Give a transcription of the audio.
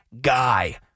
guy